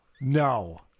no